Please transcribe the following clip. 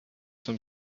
some